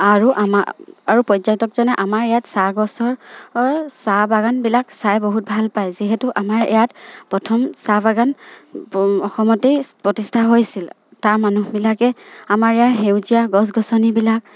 আৰু আমাৰ আৰু পৰ্যটকজনে আমাৰ ইয়াত চাহ গছৰ চাহ বাগানবিলাক চাই বহুত ভাল পায় যিহেতু আমাৰ ইয়াত প্ৰথম চাহ বাগান অসমতেই প্ৰতিষ্ঠা হৈছিল তাৰ মানুহবিলাকে আমাৰ ইয়াৰ সেউজীয়া গছ গছনিবিলাক